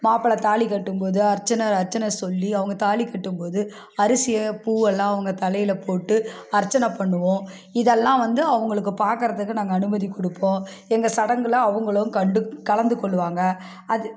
மாப்பிள தாலி கட்டும்போது அர்ச்சனர் அர்ச்சனை சொல்லி அவங்க தாலி கட்டும்போது அரிசியை பூவெல்லாம் அவங்க தலையில போட்டு அர்ச்சன பண்ணுவோம் இதெல்லாம் வந்து அவுங்களுக்கு பாக்கறதுக்கு நாங்க அனுமதி குடுப்போம் எங்க சடங்குலாம் அவுங்களும் கண்டு கலந்துக்கொள்ளுவாங்க அது